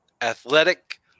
Athletic